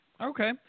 okay